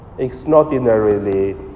extraordinarily